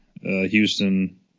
Houston